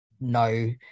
no